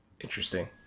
interesting